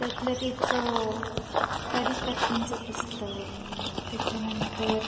त्यातलं तिचं परीकथांचं पुस्तक त्याच्यानंतर